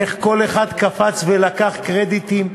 איך כל אחד קפץ ולקח קרדיטים,